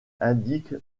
indique